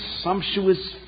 sumptuous